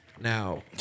Now